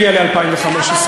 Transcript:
תגיע ל-2015.